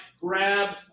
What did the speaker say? grab